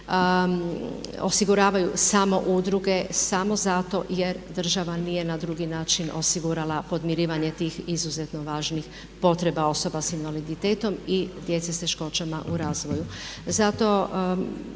osiguravaju samo udruge samo zato jer država nije na drugi način osigura podmirivanje tih izuzetno važnih potreba osoba s invaliditetom i djece s teškoćama u razvoju.